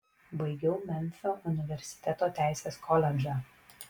baigiau memfio universiteto teisės koledžą